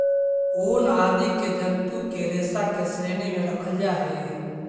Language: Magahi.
ऊन आदि के जन्तु के रेशा के श्रेणी में रखल जा हई